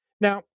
Now